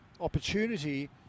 opportunity